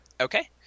Okay